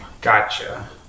Gotcha